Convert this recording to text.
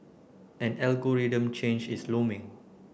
an algorithm change is looming